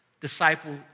Disciple